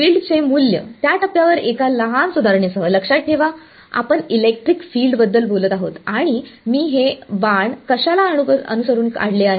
फील्डचे मूल्य त्या टप्प्यावर एका लहान सुधारणे सह लक्षात ठेवा आपण इलेक्ट्रिक फिल्डबद्दल बोलत आहोत आणि मी हे बाण कशाला अनुरुप काढले आहेत